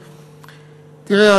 תראה,